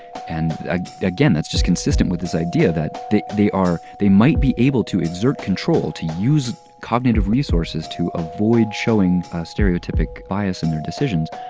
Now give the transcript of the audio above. and again, that's just consistent with this idea that they they are they might be able to exert control, to use cognitive resources to avoid showing stereotypic bias in their decisions,